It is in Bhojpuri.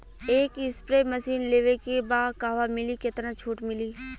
एक स्प्रे मशीन लेवे के बा कहवा मिली केतना छूट मिली?